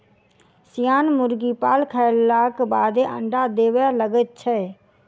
सियान मुर्गी पाल खयलाक बादे अंडा देबय लगैत छै